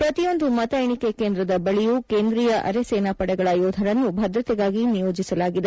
ಪ್ರತಿಯೊಂದು ಮತೆಎಣಿಕೆ ಕೇಂದ್ರದ ಬಳಿಯೂ ಕೇಂದ್ರೀಯ ಅರೆ ಸೇನಾಪಡೆಗಳ ಯೋಧರನ್ನು ಭದ್ರತೆಗಾಗಿ ನಿಯೋಜಿಸಲಾಗಿದೆ